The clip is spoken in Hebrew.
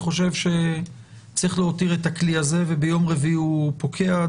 אני חושב שצריך להותיר את הכלי הזה וביום רביעי הוא פוקע,